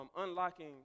Unlocking